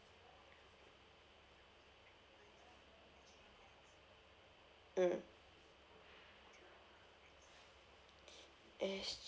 mm S